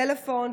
פלאפון,